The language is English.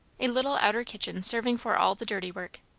a little outer kitchen serving for all the dirty work.